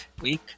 week